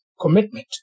commitment